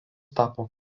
tapo